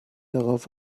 darauf